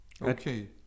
okay